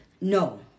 No